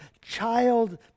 child